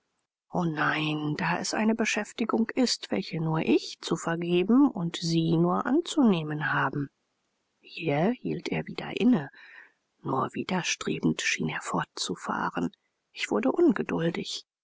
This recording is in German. o nein da es eine beschäftigung ist welche nur ich zu vergeben und sie nur anzunehmen haben hier hielt er wieder inne nur widerstrebend schien er fortzufahren ich wurde ungeduldig